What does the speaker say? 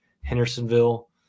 Hendersonville